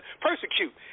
persecute